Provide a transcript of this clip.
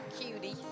cutie